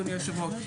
אדוני היושב-ראש,